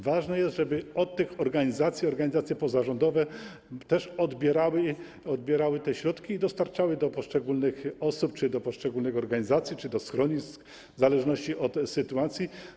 Ważne jest, żeby od tych organizacji organizacje pozarządowe też odbierały te środki i dostarczały do poszczególnych osób czy do poszczególnych organizacji, czy do schronisk, w zależności od sytuacji.